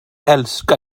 älska